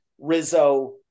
Rizzo